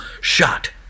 shot